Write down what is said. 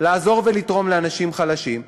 לעזור ולתרום לאנשים חלשים,